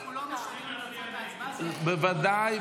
בוודאי,